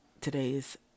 today's